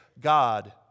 God